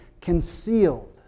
concealed